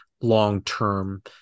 long-term